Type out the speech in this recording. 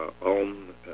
on